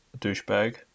douchebag